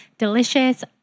delicious